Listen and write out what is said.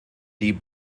die